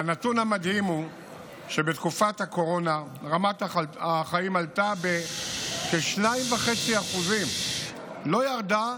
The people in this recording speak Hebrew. והנתון המדהים הוא שבתקופת הקורונה רמת החיים עלתה בכ-2.5%; לא ירדה,